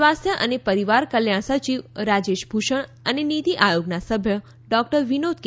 સ્વાસ્ય્સ અને પરિવાર કલ્યાણ સચિવ રાજેશ ભૂષણ અને નિતી આયોગના સભ્ય ડોકટર વિનોદ કે